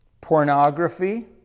pornography